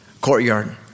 courtyard